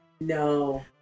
no